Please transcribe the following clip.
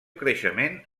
creixement